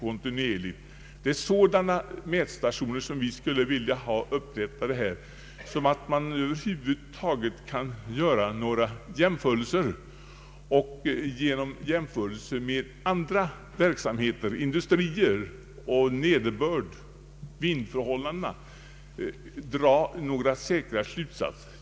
Det är sådana mätstationer som vi skulle vilja ha upprättade här, så att jämförelser kan göras mellan olika industrier och hänsyn tas till nederbördsoch vindförhållanden.